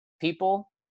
people